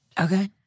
Okay